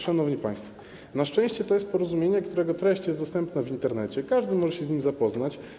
Szanowni państwo, na szczęście jest to porozumienie, którego treść jest dostępna w Internecie i każdy może się z nim zapoznać.